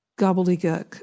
gobbledygook